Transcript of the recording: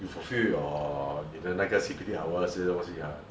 you fulfill your 你的那个 C_P_D hours 那些东西 ah